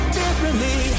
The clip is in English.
differently